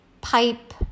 pipe